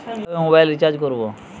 কিভাবে mobile recharge করব?